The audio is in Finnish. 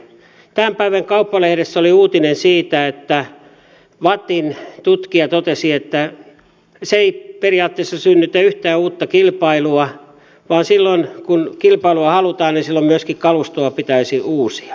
tämän päivän kauppalehdessä oli uutinen siitä että vattin tutkija totesi että se ei periaatteessa synnytä yhtään uutta kilpailua vaan silloin kun kilpailua halutaan myöskin kalustoa pitäisi uusia